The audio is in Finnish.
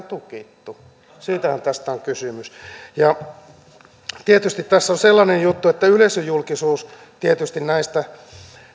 tukittu siitähän tässä on kysymys tietysti tässä on sellainen juttu että yleisöjulkisuus tietysti näistä